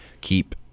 keep